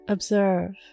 Observe